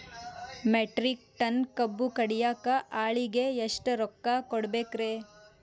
Metric ton ಕಬ್ಬು ಕಡಿಯಾಕ ಆಳಿಗೆ ಎಷ್ಟ ರೊಕ್ಕ ಕೊಡಬೇಕ್ರೇ?